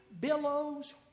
billows